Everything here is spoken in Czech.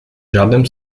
žádném